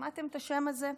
שמעתם את השם הזה?